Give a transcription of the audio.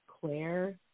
Claire